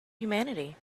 humanity